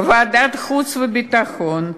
מוועדת החוץ והביטחון,